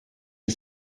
les